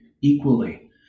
equally